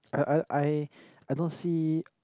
I I I I don't see